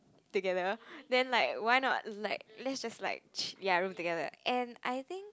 together then like why not like let's just like chill~ ya room together and I think